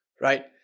right